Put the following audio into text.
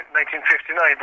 1959